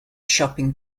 shopping